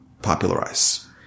popularize